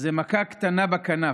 זו מכה קטנה בכנף,